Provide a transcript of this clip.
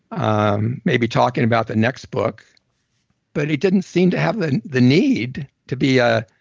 um maybe talking about the next book but he didn't seem to have the the need to be a